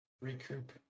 recoup